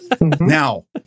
Now